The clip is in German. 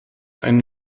einen